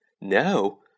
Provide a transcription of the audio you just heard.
No